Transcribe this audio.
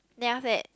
then after that